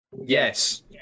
Yes